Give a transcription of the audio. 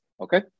Okay